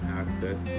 access